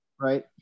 right